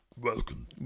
welcome